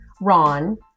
Ron